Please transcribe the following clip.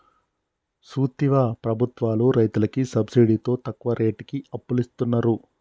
సూత్తివా ప్రభుత్వాలు రైతులకి సబ్సిడితో తక్కువ రేటుకి అప్పులిస్తున్నరు